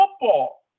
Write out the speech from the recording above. football